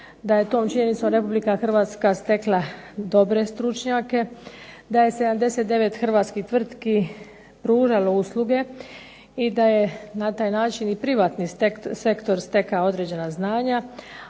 da je tom činjenicom RH stekla dobre stručnjake, da je 79 hrvatskih tvrtki pružalo usluge i da je na taj način privatni sektor stekao određena znanja,